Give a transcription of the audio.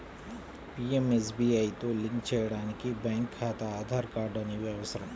పీయంఎస్బీఐతో లింక్ చేయడానికి బ్యేంకు ఖాతా, ఆధార్ కార్డ్ అనేవి అవసరం